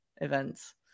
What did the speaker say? events